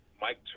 mike